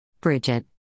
Bridget